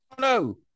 no